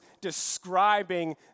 describing